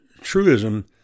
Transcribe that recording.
truism